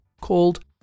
called